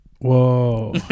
Whoa